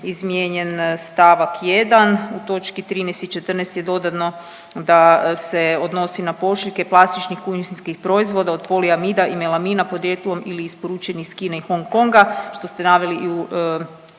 izmijenjen stavak 1., u točki 13. i 14. je dodano da se odnosi na pošiljke plastičnih …/Govornica se ne razumije./… proizvoda od poliamida i melamina podrijetlom ili isporučeni iz Kine ili Hong Konga što ste naveli i u